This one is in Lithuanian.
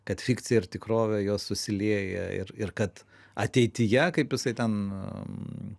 kad fikcija ir tikrovė jos susilieja ir ir kad ateityje kaip jisai ten